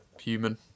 human